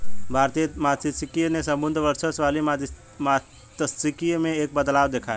भारतीय मात्स्यिकी ने समुद्री वर्चस्व वाली मात्स्यिकी में एक बदलाव देखा है